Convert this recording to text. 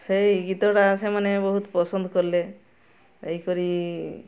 ସେଇ ଗୀତଟା ସେମାନେ ବହୁତ ପସନ୍ଦ କଲେ ଏହିପରି